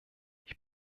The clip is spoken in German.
ich